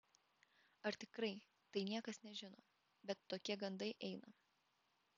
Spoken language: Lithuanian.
ar tikrai tai niekas nežino bet tokie gandai eina